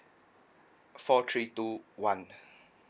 four three two one